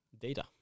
data